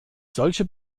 solche